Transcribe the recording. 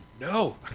No